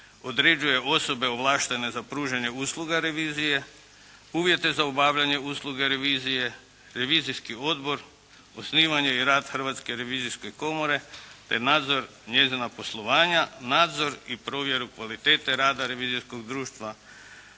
određuje osobe ovlaštene za pružanje usluga revizije, uvjete za obavljanje usluge revizije, revizijski odbor, osnivanje i rad Hrvatske revizijske komore te nadzor njezina poslovanja, nadzor i provjeru kvalitete rada revizorskog društva,